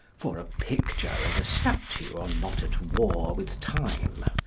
for a picture and a statue are not at war with time.